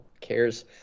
cares